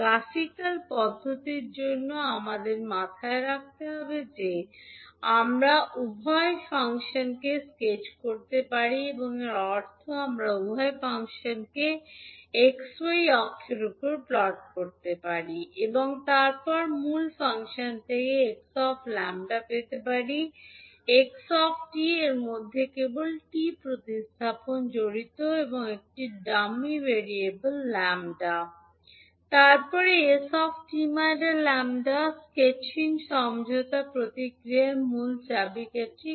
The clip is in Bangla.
গ্রাফিকাল পদ্ধতির জন্য আমাদের মাথায় রাখতে হবে যে আমরা উভয় ফাংশনকে স্কেচ করতে পারি এবং এর অর্থ আমরা উভয় ফাংশনকে এক্স y অক্ষের উপর প্লট করতে পারি এবং তারপরে মূল ফাংশন থেকে 𝑥 𝜆 পেতে পারি 𝑥 𝑡 এর মধ্যে কেবল 𝑡 প্রতিস্থাপন জড়িত একটি ডামি ভেরিয়েবল 𝜆 তারপরে s 𝑡 𝜆 স্কেচিং সমঝোতা প্রক্রিয়ার মূল চাবিকাঠি